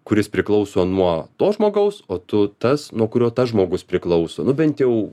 kuris priklauso nuo to žmogaus o tu tas nuo kurio tas žmogus priklauso nu bent jau